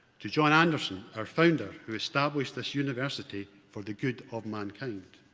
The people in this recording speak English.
to john anderson, our founder, who established this university for the good of mankind.